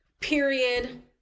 Period